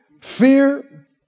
Fear